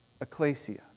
ecclesia